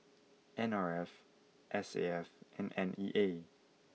N R F S A F and N E A